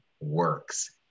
works